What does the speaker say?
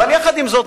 אבל יחד עם זאת,